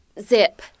zip